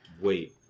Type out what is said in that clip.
wait